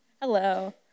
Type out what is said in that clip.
Hello